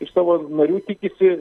iš savo narių tikisi